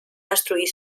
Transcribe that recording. destruir